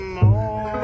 more